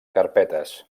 carpetes